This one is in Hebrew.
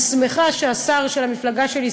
אני שמחה שהשר של המפלגה שלי,